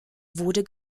wurde